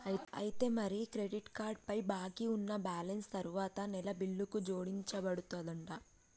అయితే మరి credit card పై బాకీ ఉన్న బ్యాలెన్స్ తరువాత నెల బిల్లుకు జోడించబడుతుందంట